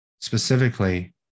Specifically